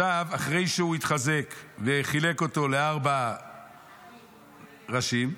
עכשיו, אחרי שהוא התחזק וחילק אותו לארבעה ראשים,